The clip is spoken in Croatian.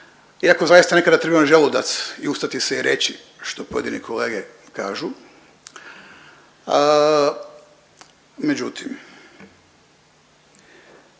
iako zaista nekada treba imati želudac i ustati se i reći što pojedini kolege kažu. Međutim